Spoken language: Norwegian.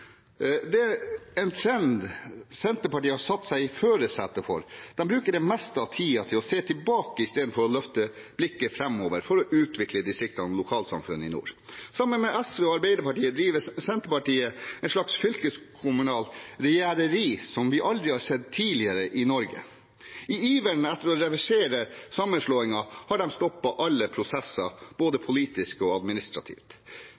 Det er en trend Senterpartiet har satt seg i førersetet for. De bruker det meste av tiden på å se tilbake istedenfor å løfte blikket framover for å utvikle distriktene og lokalsamfunnene i nord. Sammen med SV og Arbeiderpartiet driver Senterpartiet et slags fylkeskommunalt regjereri som vi aldri tidligere har sett i Norge. I iveren etter å reversere sammenslåingen har de stoppet alle prosesser, både